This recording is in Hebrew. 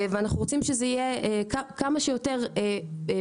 אנחנו רוצים שזה יהיה כמה שיותר פשוט,